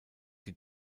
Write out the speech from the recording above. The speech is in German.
die